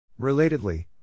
Relatedly